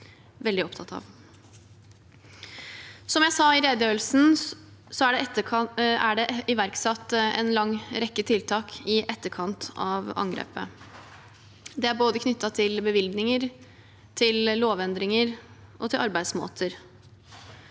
Som jeg sa i redegjørelsen, er det iverksatt en lang rekke tiltak i etterkant av angrepet. Det er knyttet både til bevilgninger, til lovendringer og til arbeidsmåter.